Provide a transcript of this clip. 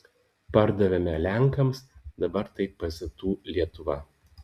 pardavėme lenkams dabar tai pzu lietuva